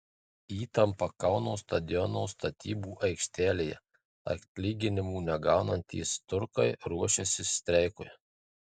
įtampa kauno stadiono statybų aikštelėje atlyginimų negaunantys turkai ruošiasi streikui